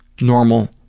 normal